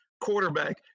quarterback